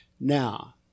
now